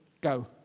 go